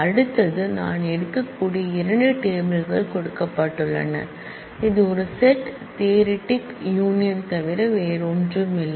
அடுத்தது நான் எடுக்கக்கூடிய இரண்டு டேபிள் கள் கொடுக்கப்பட்டுள்ளன இது ஒரு செட் தியரிட்டிக் யூனியன் தவிர வேறில்லை